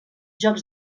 jocs